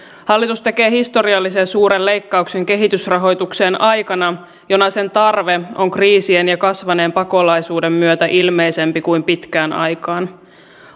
hallitus tekee historiallisen suuren leikkauksen kehitysrahoitukseen aikana jona sen tarve on kriisien ja kasvaneen pakolaisuuden myötä ilmeisempi kuin pitkään aikaan